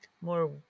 more